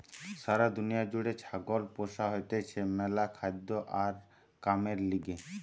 সারা দুনিয়া জুড়ে ছাগল পোষা হতিছে ম্যালা খাদ্য আর কামের লিগে